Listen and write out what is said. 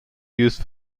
used